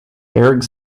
eric